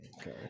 okay